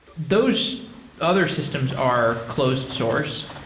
those other systems are closed source.